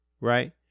Right